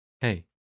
Hey